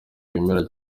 wemera